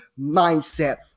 mindset